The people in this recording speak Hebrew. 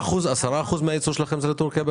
בערך 10% מן הייצוא שלכם הוא לטורקיה?